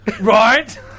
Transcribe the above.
Right